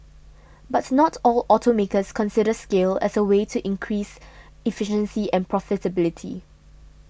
but not all automakers consider scale as a way to increased efficiency and profitability